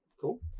cool